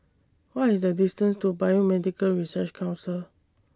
What IS The distance to Biomedical Research Council